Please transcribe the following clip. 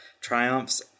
triumphs